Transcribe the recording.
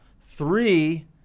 Three